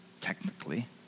technically